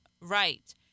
right